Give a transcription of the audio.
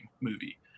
movie